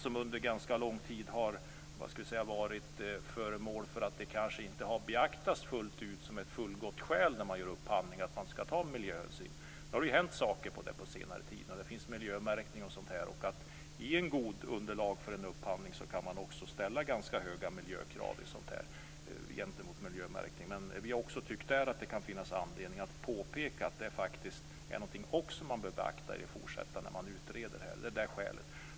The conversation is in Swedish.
Det har under ganska lång tid kanske inte beaktats som ett fullgott skäl att man skall ta miljöhänsyn när man gör upphandling. Nu har det hänt saker på senare tid. Det finns miljömärkning och sådant. I ett gott underlag för en upphandling kan man också ställa ganska höga miljökrav och krav på miljömärkning. Men vi har också där tyckt att det kan finnas anledning att påpeka att det också är något man bör beakta när man utreder.